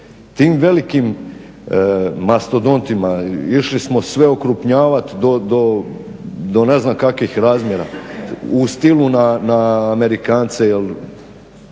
tim velikim mastodontima išli smo sve okrupnjavati do ne znam kakvih razmjera u stilu na Amerikance,